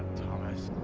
thomas.